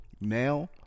now